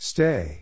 Stay